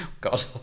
God